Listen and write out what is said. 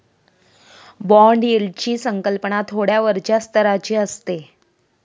bond यील्डची संकल्पना थोड्या वरच्या स्तराची असते